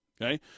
okay